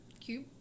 Cube